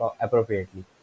appropriately